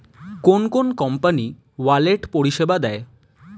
কোন কোন company wallet পরিষেবা দেয়?